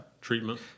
Treatment